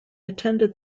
attended